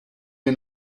wir